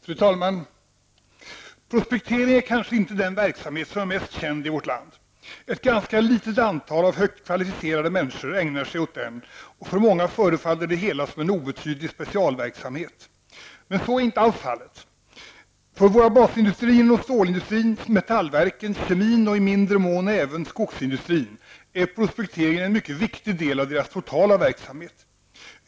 Fru talman! Prospektering är kanske inte den verksamhet som är mest känd i vårt land. Ett ganska litet antal högt kvalificerade människor ägnar sig åt den, och för många förefaller det hela som en obetydlig specialverksamhet. Men så är inte alls fallet. För våra basindustrier inom stålindustrin, metallverken, den kemiska industrin och i mindre mån även skogsindustrin är prospekteringen en mycket viktig del av deras totala verksamhet.